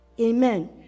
Amen